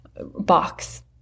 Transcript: box